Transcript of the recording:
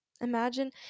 Imagine